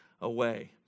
away